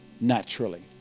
naturally